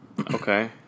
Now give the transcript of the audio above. Okay